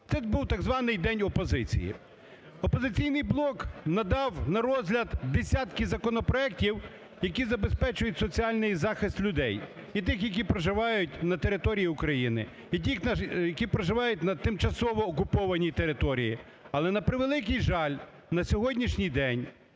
Це був так званий "День опозиції". "Опозиційний блок" надав на розгляд десятки законопроектів, які забезпечують соціальний захист людей, і тих, які проживають на території України, і тих, які проживають на тимчасово окупованій території. Але на превеликий жаль, на сьогоднішній день